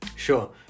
Sure